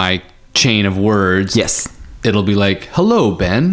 my chain of words yes it will be like hello ben